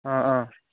অঁ অঁ